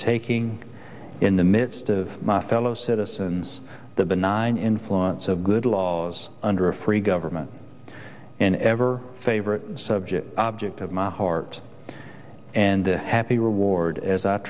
overtaking in the midst of my fellow citizens the benign influence of good laws under a free government an ever favorite subject object of my heart and a happy reward as